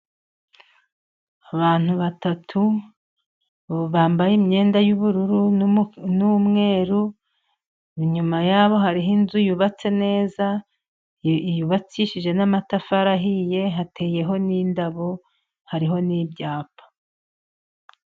Abantu batatu bambaye imyenda y'ubururu n'umweru. Inyuma yabo hari inzu yubatse neza yubakishije n'amatafari ahiye, hateyeho n'indabo, hariho n'ibyapa.